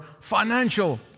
financial